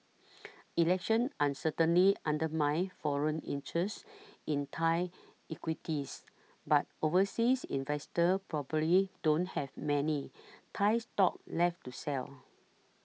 election uncertainly undermines foreign interest in Thai equities but overseas investors probably don't have many Thai stocks left to sell